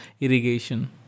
irrigation